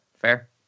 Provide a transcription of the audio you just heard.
fair